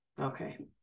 Okay